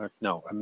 no